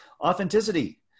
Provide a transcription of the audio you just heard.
Authenticity